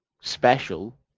special